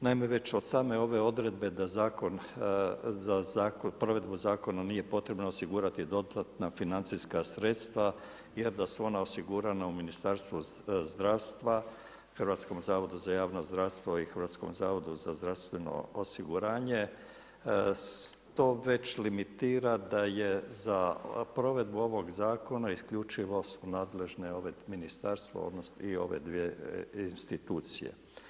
Naime već od same ove odredbe za provedbu zakona nije potrebno osigurati dodatna financijska sredstva jer da su ona osigurana u Ministarstvu zdravstva pri Hrvatskom zavodu za javno zdravstvo i hrvatskom zavodu za zdravstveno osiguranje to već limitira da je za provedbu ovog Zakona isključivo su nadležne ove Ministarstvo i ove dvije institucije.